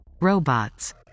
Robots